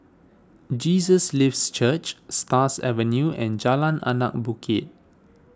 Jesus Lives Church Stars Avenue and Jalan Anak Bukit